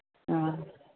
हाँ